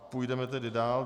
Půjdeme tedy dál.